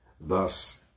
Thus